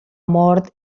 mort